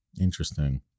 interesting